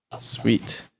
Sweet